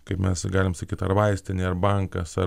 kaip mes galim sakyt ar vaistinė ar bankas ar